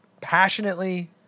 passionately